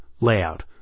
layout